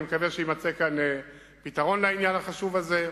אני מקווה שיימצא כאן פתרון לעניין החשוב הזה.